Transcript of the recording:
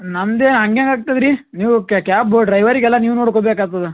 ನಮ್ದು ಹಂಗೇನ್ ಆಗ್ತದ ರೀ ನೀವು ಕ್ಯಾಬ್ ಡ್ರೈವರಿಗೆಲ್ಲ ನೀವು ನೋಡ್ಕೊ ಬೇಕಾಗ್ತದೆ